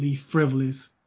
frivolous